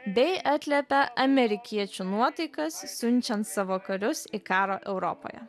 bei atliepia amerikiečių nuotaikas siunčiant savo karius į karą europoje